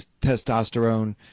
testosterone